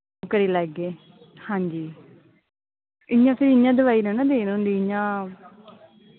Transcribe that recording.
करी लैगे हां जी इयां फिर इयां दवाई नेईं ना देन होंदी इयां